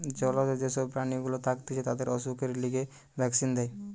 জলজ যে সব প্রাণী গুলা থাকতিছে তাদের অসুখের লিগে ভ্যাক্সিন দেয়